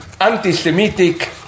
anti-Semitic